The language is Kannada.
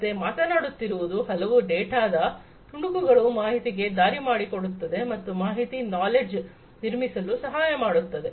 ಮತ್ತೆ ಮಾತನಾಡುತ್ತಿರುವುದು ಹಲವು ಡೇಟಾದ ತುಣುಕುಗಳು ಮಾಹಿತಿಗೆ ದಾರಿಮಾಡಿಕೊಡುತ್ತದೆ ಮತ್ತು ಮಾಹಿತಿ ನಾಲೆಡ್ಜ್ ನಿರ್ಮಿಸಲು ಸಹಾಯ ಮಾಡುತ್ತದೆ